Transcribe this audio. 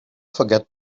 forget